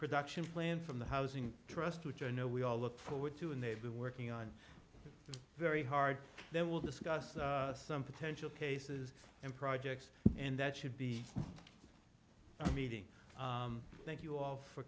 production plan from the housing trust which i know we all look forward to and they've been working on very hard there will discuss some potential cases and projects and that should be a meeting thank you all for